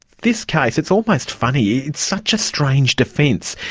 this case, it's almost funny. it's such a strange defence.